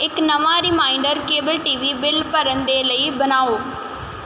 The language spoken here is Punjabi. ਇੱਕ ਨਵਾਂ ਰੀਮਾਇਨਡਰ ਕੇਬਲ ਟੀਵੀ ਬਿੱਲ ਭਰਨ ਦੇ ਲਈ ਬਣਾਓ